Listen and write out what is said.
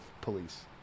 police